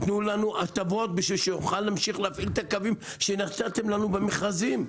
תנו לנו הטבות בשביל שנוכל להמשיך להפעיל את הקווים שנתתם לנו במכרזים.